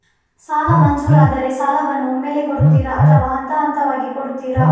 ಸಾಲ ಮಂಜೂರಾದರೆ ಸಾಲವನ್ನು ಒಮ್ಮೆಲೇ ಕೊಡುತ್ತೀರಾ ಅಥವಾ ಹಂತಹಂತವಾಗಿ ಕೊಡುತ್ತೀರಾ?